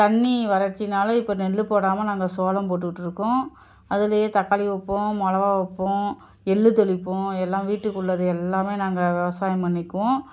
தண்ணி வரட்சினால இப்போ நெல் போடாமல் நாங்கள் சோளம் போட்டுட்டிருக்கோம் அதிலயே தக்காளி வைப்போம் மொளகா வைப்போம் எள்ளு தெளிப்போம் எல்லாம் வீட்டுக்குள்ளது எல்லாமே நாங்கள் விவசாயம் பண்ணிக்குவோம்